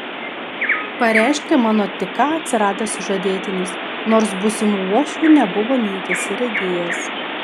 pareiškė mano tik ką atsiradęs sužadėtinis nors būsimų uošvių nebuvo nė akyse regėjęs